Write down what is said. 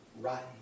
rotten